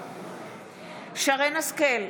נגד שרן מרים השכל,